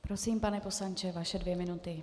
Prosím, pane poslanče, vaše dvě minuty.